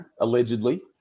allegedly